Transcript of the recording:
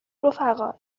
رفقا